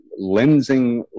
lensing